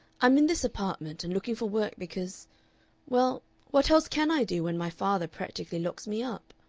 i'm in this apartment and looking for work because well, what else can i do, when my father practically locks me up?